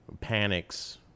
panics